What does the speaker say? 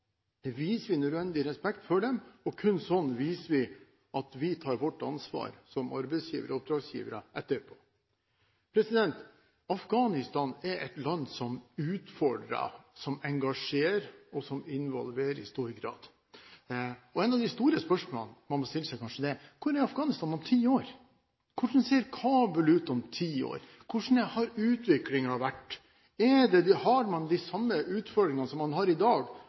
slik viser vi den nødvendige respekten for dem, og kun slik viser vi at vi tar vårt ansvar som arbeids- og oppdragsgivere etterpå. Afghanistan er et land som utfordrer, som engasjerer, og som involverer i stor grad, og et av de store spørsmålene man må stille seg, er kanskje: Hvor er Afghanistan om ti år? Hvordan ser Kabul ut om ti år? Hvordan har utviklingen vært? Har man de samme utfordringene som man har i dag,